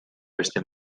beste